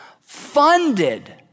funded